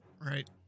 right